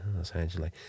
essentially